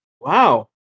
wow